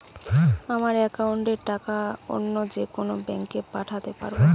আমার একাউন্টের টাকা অন্য যেকোনো ব্যাঙ্কে পাঠাতে পারব?